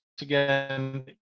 again